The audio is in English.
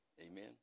Amen